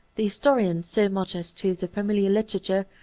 the historians, so much as to the familiar literature,